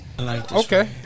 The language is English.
Okay